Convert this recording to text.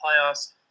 playoffs